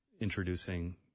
introducing